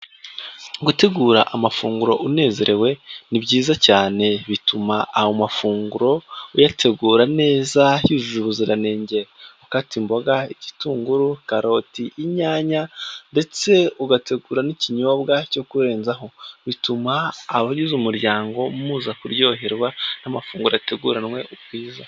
Gutegura amafunguro unezerewe ni byiza cyane bituma ayo mafunguro uyategura neza yujuje ubuziranenge ukata imboga, igitunguru, karoti, inyanya ndetse ugategura n'ikinyobwa cyo kurenzaho, bituma abagize umuryango muza kuryoherwa n'amafunguro ateguranwe ubwiza.